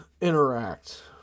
interact